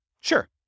Sure